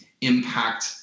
impact